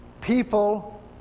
people